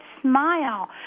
smile